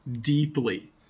deeply